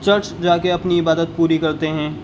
church جا کے اپنی عبادت پوری کرتے ہیں